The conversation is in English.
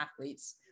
athletes